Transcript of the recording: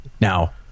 Now